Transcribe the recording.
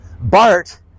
Bart